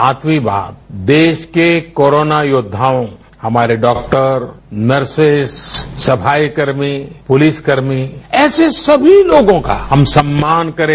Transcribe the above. सातवीं बात देस के कोरोना योद्वायों हमारे डॉक्टर नर्सेस सफाई कर्मी पुलिसकर्मी ऐसे समी लोगों का हम सम्मान करें